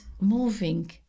moving